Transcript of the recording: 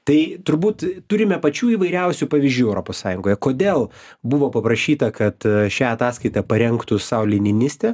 tai turbūt turime pačių įvairiausių pavyzdžių europos sąjungoje kodėl buvo paprašyta kad šią ataskaitą parengtų sauli niniste